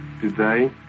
today